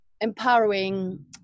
empowering